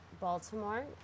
Baltimore